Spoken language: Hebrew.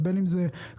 ובין אם זה קטנועים,